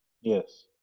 Yes